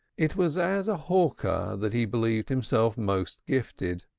it was as a hawker that he believed himself most gifted,